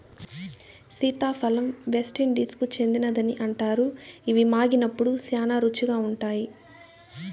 సీతాఫలం వెస్టిండీస్కు చెందినదని అంటారు, ఇవి మాగినప్పుడు శ్యానా రుచిగా ఉంటాయి